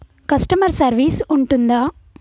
Customer service ఉంటుందా?